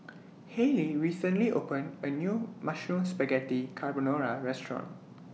Hayley recently opened A New Mushroom Spaghetti Carbonara Restaurant